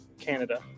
Canada